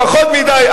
פחות מדי.